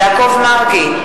בעד יעקב מרגי,